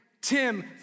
Tim